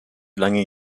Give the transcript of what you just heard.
lange